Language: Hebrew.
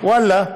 ואללה,